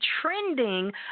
trending